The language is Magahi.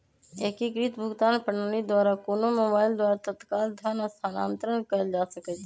एकीकृत भुगतान प्रणाली द्वारा कोनो मोबाइल द्वारा तत्काल धन स्थानांतरण कएल जा सकैछइ